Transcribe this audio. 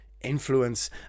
influence